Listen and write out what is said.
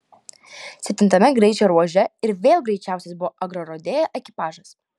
septintame greičio ruože ir vėl greičiausias buvo agrorodeo ekipažas